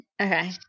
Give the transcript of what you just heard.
Okay